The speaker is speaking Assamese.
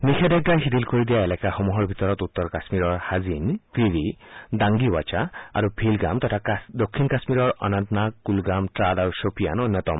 নিষেধাজ্ঞা শিথিল কৰি দিয়া এলেকাসমূহৰ ভিতৰত উত্তৰ কাশ্মীৰৰ হাজিন ক্ৰিৰী ডাংগিৱাছা আৰু ভিলগাম তথা দক্ষিণ কাশ্মীৰৰ অনন্তনাগ কুলগাম ত্ৰাল আৰু খপিয়ান অন্যতম